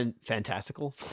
Fantastical